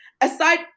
aside